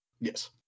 yes